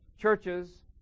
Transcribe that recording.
churches